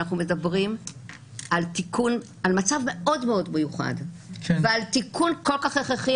אנחנו מדברים על מצב מאוד מיוחד ועל תיקון כל כך הכרחי.